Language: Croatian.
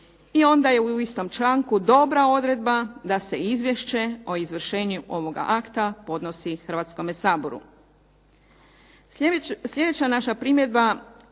i onda je u istom članku dobra odredba da se izvješće o izvršenju ovoga akta podnosi Hrvatskome saboru.